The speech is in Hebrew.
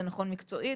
זה נכון מקצועית,